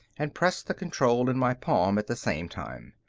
and pressed the control in my palm at the same time.